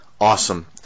Awesome